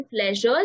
pleasures